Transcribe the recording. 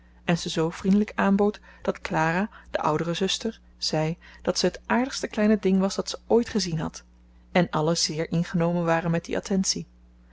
en ze zoo vriendelijk aanbood dat clara de oudere zuster zei dat ze het aardigste kleine ding was dat ze ooit gezien had en allen zeer ingenomen waren met die attentie